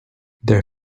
their